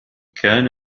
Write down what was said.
كان